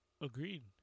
Agreed